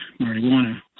marijuana